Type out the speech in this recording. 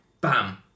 Bam